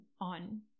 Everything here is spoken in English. on